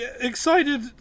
excited